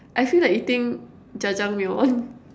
I feel like eating jajameyon